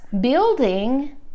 building